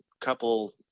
couple